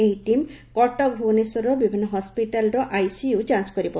ଏହି ଟିମ୍ କଟକ ଭୁବନେଶ୍ୱରର ବିଭିନ୍ନ ହସ୍ୱିଟାଲ୍ର ଆଇସିୟୁ ଯାଞ୍ କରିବ